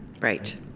Right